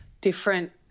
different